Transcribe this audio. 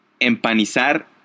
Empanizar